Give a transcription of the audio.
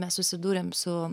mes susidūrėm su